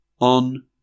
on